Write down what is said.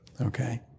okay